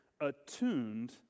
attuned